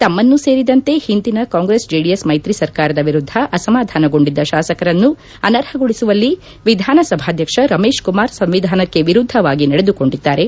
ತಮ್ನನ್ನೂ ಸೇರಿದಂತೆ ಹಿಂದಿನ Congress JDS ಮೈತ್ರಿ ಸರ್ಕಾರದ ವಿರುದ್ದ ಅಸಮಾಧಾನಗೊಂಡಿದ್ದ ಶಾಸಕರನ್ನು ಅನರ್ಹಗೊಳಿಸುವಲ್ಲಿ ವಿಧಾನ ಸಭಾಧ್ಯಕ್ಷ ರಮೇಶ್ ಕುಮಾರ್ ಸಂವಿಧಾನಕ್ಷೆ ವಿರುದ್ದವಾಗಿ ನಡೆದುಕೊಂಡಿದ್ದಾರೆ